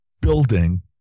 Building